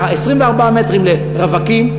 ככה: 24 מ"ר לרווקים,